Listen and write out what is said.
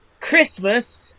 Christmas